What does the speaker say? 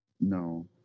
No